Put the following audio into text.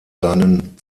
seinen